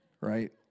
right